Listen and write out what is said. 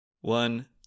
one